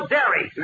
Dairy